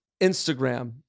instagram